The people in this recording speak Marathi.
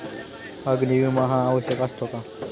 अग्नी विमा हा आवश्यक असतो का?